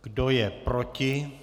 Kdo je proti?